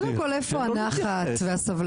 קודם כל, איפה הנחת והסבלנות